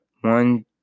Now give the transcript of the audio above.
One